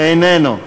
איננו,